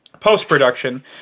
post-production